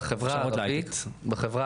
הכשרות להייטק.